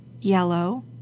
yellow